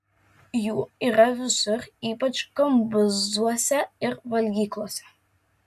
jų yra visur ypač kambuzuose ir valgyklose